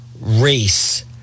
race